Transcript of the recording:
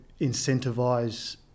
incentivise